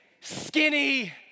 skinny